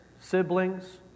siblings